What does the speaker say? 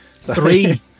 three